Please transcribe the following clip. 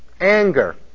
anger